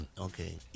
Okay